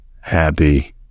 happy